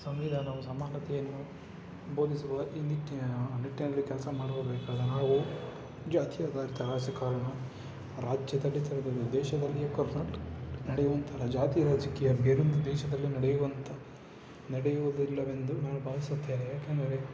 ಸಂವಿಧಾನವು ಸಮಾನತೆಯನ್ನು ಬೋಧಿಸುವ ಈ ನಿಟ್ಟಿನ ನಿಟ್ಟಿನಲ್ಲಿ ಕೆಲಸ ಮಾಡಬೇಕಾದ ನಾವು ಜಾತಿ ಆಧಾರಿತ ರಾಜಕಾರಣ ರಾಜ್ಯದಲ್ಲಿ ದೇಶದಲ್ಲಿಯೂ ನಡೆಯುವಂಥ ಜಾತಿ ರಾಜಕೀಯ ಬೇರೊಂದು ದೇಶದಲ್ಲಿ ನಡೆಯುವಂಥ ನಡೆಯುವುದಿಲ್ಲವೆಂದು ನಾನು ಭಾವಿಸುತ್ತೇನೆ ಏಕೆಂದರೆ